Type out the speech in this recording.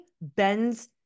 bends